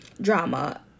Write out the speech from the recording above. drama